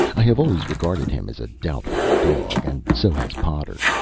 i have always regarded him as a doubtful dog, and so has potter.